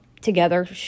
together